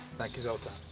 thank you zoltan.